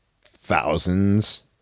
thousands